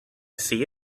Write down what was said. see